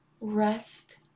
Rest